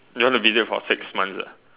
you want to visit for six months